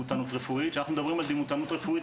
כשאנחנו מדברים על דימותנות רפואית,